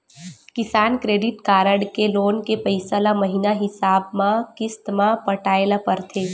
किसान credit card के loan के पइसा ल महिना हिसाब म किस्त म पटाए ल परथे